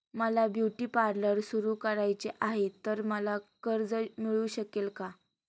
मला beauty parlour सुरू करायचे आहे तर मला कर्ज मिळू शकेल का?